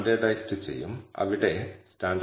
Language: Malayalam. ഇത് അജ്ഞാത വ്യതിയാനങ്ങളോടെ നോർമലി ഡിസ്ട്രിബ്യൂട്ടഡ് ആണ്